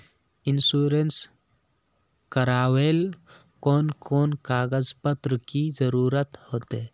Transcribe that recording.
Insurance करावेल कोन कोन कागज पत्र की जरूरत होते?